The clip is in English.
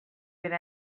would